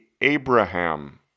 Abraham